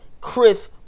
Chris